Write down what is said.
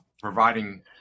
providing